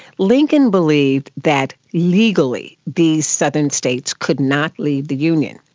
lincoln believed that legally these southern states could not lead the union,